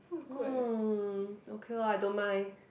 hmm okay lor I don't mind